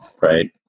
right